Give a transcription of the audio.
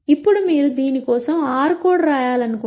ఇప్పుడు మీరు దీని కోసం r కోడ్ రాయాలనుకుంటే